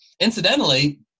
Incidentally